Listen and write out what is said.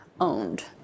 owned